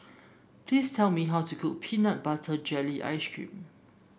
please tell me how to cook Peanut Butter Jelly Ice cream